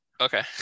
Okay